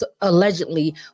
allegedly